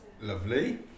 lovely